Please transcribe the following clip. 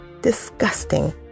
Disgusting